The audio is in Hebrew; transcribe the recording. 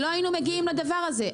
שלא היינו מגיעים לדבר הזה.